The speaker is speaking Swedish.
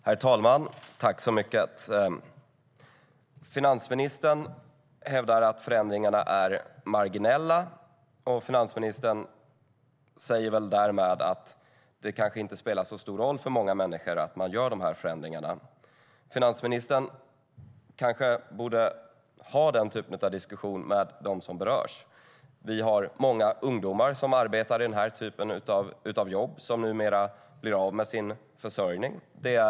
Herr talman! Finansministern hävdar att förändringarna är marginella, och finansministern säger väl därmed att det kanske inte spelar så stor roll för många människor att förändringarna görs. Finansministern kanske borde ha den typen av diskussion med dem som berörs. Många ungdomar som arbetar i den typen av jobb blir av med sin försörjning.